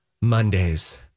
mondays